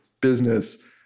business